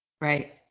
right